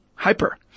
hyper